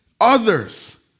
others